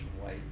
white